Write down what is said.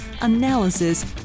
analysis